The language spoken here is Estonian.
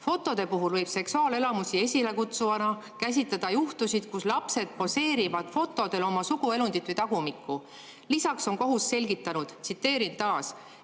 Fotode puhul võib seksuaalelamusi esilekutsuvana käsitleda juhtusid, kus lapsed poseerivad fotodel oma suguelundit või tagumikku." Lisaks on kohus selgitanud, tsiteerin taas: